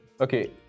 Okay